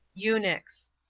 eunuchs.